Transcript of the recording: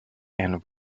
and